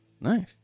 Nice